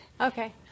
Okay